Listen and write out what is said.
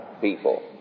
people